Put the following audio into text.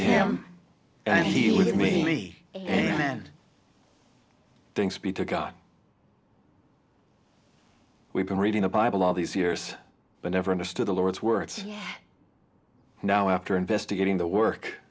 him and he'll give me a hand thanks be to god we've been reading the bible all these years but never understood the lord's words now after investigating the work